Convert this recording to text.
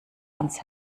ans